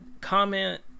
comment